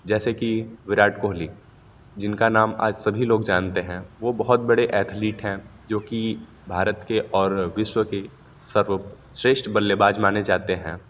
जैसे कि विराट कोहली जिनका नाम आज सभी लोग जानते हैं वो बहुत बड़े एथलीट हैं जो कि भारत के और विश्व के सर्वश्रेष्ठ बल्लेबाज़ माने जाते हैं